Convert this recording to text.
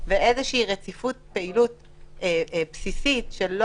שאיזו שהיא רציפות של פעילות בסיסית כדי